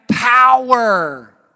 power